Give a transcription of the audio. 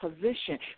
position